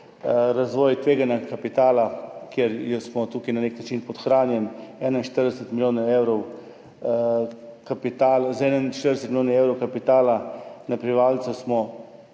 razvoj tveganega kapitala, ker smo tukaj na nek način podhranjeni. Z 41 milijoni evrov kapitala na prebivalca smo